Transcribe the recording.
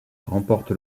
remporte